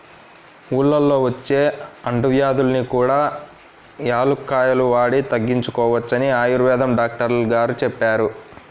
ఊళ్ళల్లో వచ్చే అంటువ్యాధుల్ని కూడా యాలుక్కాయాలు వాడి తగ్గించుకోవచ్చని ఆయుర్వేదం డాక్టరు గారు చెప్పారు